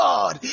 God